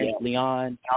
Leon